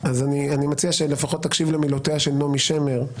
אני מציע שלפחות תקשיב למילותיה של נעמי שמר: